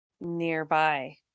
nearby